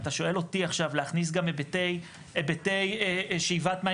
אם אתה שואל אותי עכשיו להכניס גם היבטי שאיבת מים